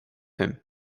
him